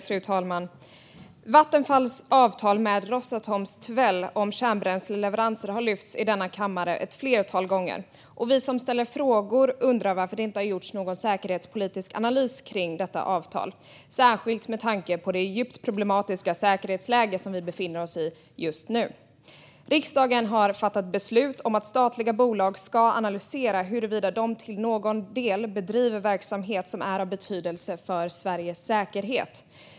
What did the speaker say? Fru talman! Vattenfalls avtal med Rosatoms Tvel om kärnbränsleleveranser har lyfts i denna kammare ett flertal gånger. Vi som ställer frågor undrar varför det inte har gjorts någon säkerhetspolitisk analys kring detta avtal, särskilt med tanke på det djupt problematiska säkerhetsläge som vi befinner oss i just nu. Riksdagen har fattat beslut om att statliga bolag ska analysera huruvida de till någon del bedriver verksamhet som är av betydelse för Sveriges säkerhet.